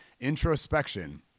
introspection